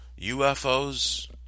ufos